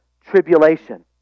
tribulation